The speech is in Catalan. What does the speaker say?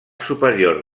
superior